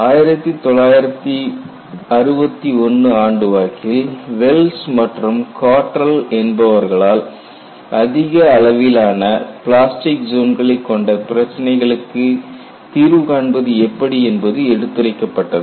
1961 ஆண்டுவாக்கில் வெல்ஸ் மற்றும் காட்ரல் என்பவர்களால் அதிக அதிக அளவிலான பிளாஸ்டிக் ஜோன்களை கொண்ட பிரச்சனைகளுக்கு தீர்வு காண்பது எப்படி என்பது எடுத்துரைக்கப்பட்டது